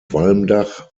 walmdach